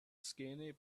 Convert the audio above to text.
skinny